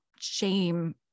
Shame